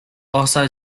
also